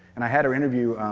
and i had her interview